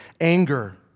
anger